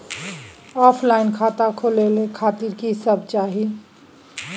Offline खाता खोले खातिर की सब चाही?